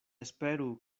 esperu